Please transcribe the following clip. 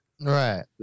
Right